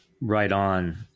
right-on